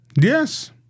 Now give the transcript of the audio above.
Yes